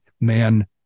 man